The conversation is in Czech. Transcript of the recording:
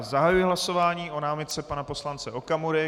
Zahajuji hlasování o námitce pana poslance Okamury.